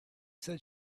said